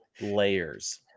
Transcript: layers